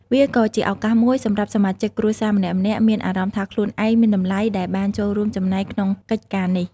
វាក៏ជាឱកាសមួយសម្រាប់សមាជិកគ្រួសារម្នាក់ៗមានអារម្មណ៍ថាខ្លួនឯងមានតម្លៃ ដែលបានចូលរួមចំណែកក្នុងកិច្ចការនេះ ។